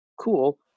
cool